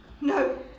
No